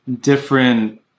different